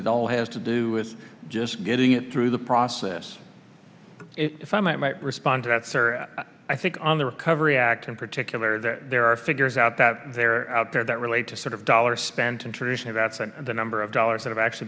it all has to do is just getting it through the process if i might respond to that sir i think on the recovery act in particular that there are figures out that there are out there that relate to sort of dollars spent in traditional that's the number of dollars that have actually